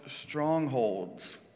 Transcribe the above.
strongholds